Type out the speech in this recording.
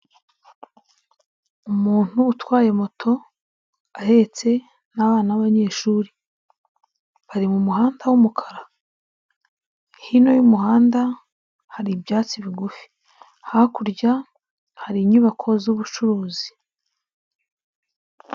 Umuntu utwaye moto, ahetse n'abana b'abanyeshuri, bari mu muhanda w'umukara, hino y'umuhanda hari ibyatsi bigufi, hakurya hari inyubako z'ubucuruzi.